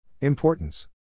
Importance